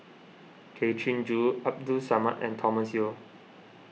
Tay Chin Joo Abdul Samad and Thomas Yeo